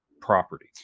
property